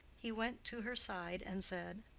he went to her side and said,